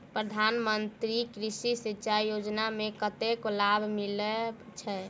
प्रधान मंत्री कृषि सिंचाई योजना मे कतेक लाभ मिलय छै?